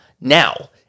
now